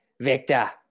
Victor